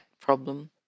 problem